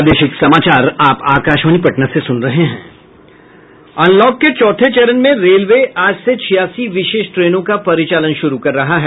unlock के चौथे चरण में रेलवे आज से देशभर में छियासी विशेष ट्रेनों का परिचालन शुरू कर रहा है